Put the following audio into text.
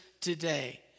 today